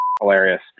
hilarious